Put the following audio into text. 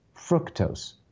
fructose